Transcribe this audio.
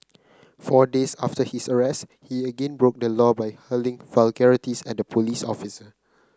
four days after his arrest he again broke the law by hurling vulgarities at a police officer